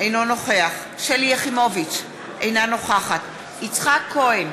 אינו נוכח שלי יחימוביץ, אינה נוכחת יצחק כהן,